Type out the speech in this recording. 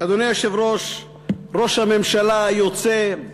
אדוני היושב-ראש, ראש הממשלה היוצא,